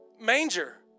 manger